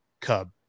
Cub